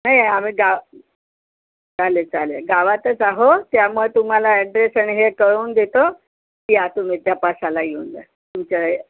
नाही आम्ही गा चालेल चालेल गावातच आहोत त्यामुळे तुम्हाला ॲड्रेस आणि हे कळवून देतो या तुम्ही तपासायला येऊन जा तुमच्या